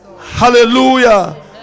hallelujah